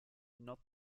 not